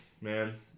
man